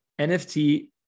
NFT